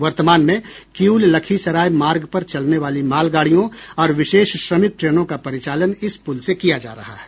वर्तमान में किऊल लखीसराय मार्ग पर चलने वाली मालगाड़ियों और विशेष श्रमिक ट्रेनों का परिचालन इस पुल से किया जा रहा है